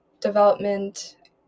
development